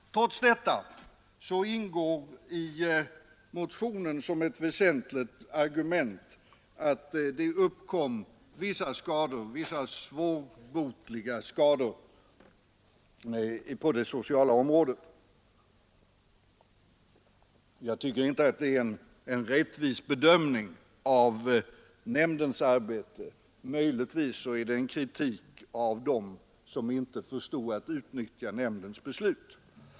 Trots detta ingår i motionen som ett väsentligt argument att det uppkom vissa svårbotliga skador på det sociala området. Jag tycker inte att det är en rättvis bedömning av nämndernas arbete — möjligtvis är det en kritik av dem som inte förstod att utnyttja nämndernas beslut.